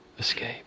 escape